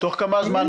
תוך כמה זמן,